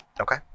Okay